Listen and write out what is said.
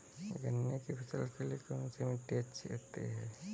गन्ने की फसल के लिए कौनसी मिट्टी अच्छी होती है?